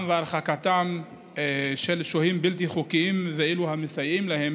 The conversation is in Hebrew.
ולהרחקתם של שוהים בלתי חוקיים ואלה המסייעים להם